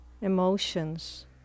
emotions